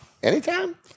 Anytime